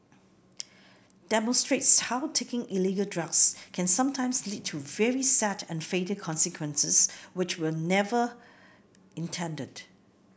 demonstrates how taking illegal drugs can sometimes lead to very sad and fatal consequences which were never intended